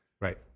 right